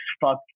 fuck